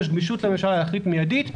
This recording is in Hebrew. יש גמישות לממשלה להחליט מיידית,